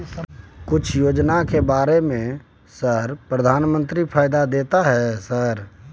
कुछ योजना के बारे में सर प्रधानमंत्री फायदा देता है सर?